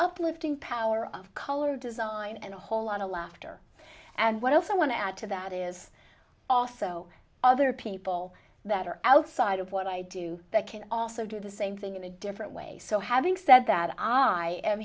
uplifting power of color design and a whole lot of laughter and what else i want to add to that is also other people that are outside of what i do that can also do the same thing in a different way so having said that i am